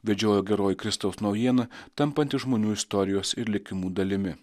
vedžiojo geroji kristaus naujiena tampanti žmonių istorijos ir likimų dalimi